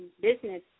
business